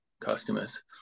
customers